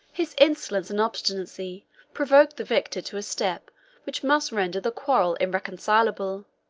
his insolence and obstinacy provoked the victor to step which must render the quarrel irreconcilable